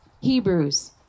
Hebrews